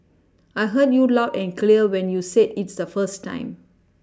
I heard you loud and clear when you said its the first time